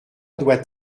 doit